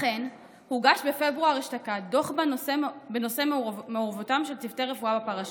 לכן הוגש בפברואר אשתקד דוח בנושא מעורבותם של צוותי רפואה בפרשה.